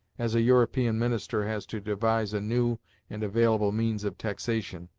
as a european minister has to devise a new and available means of taxation,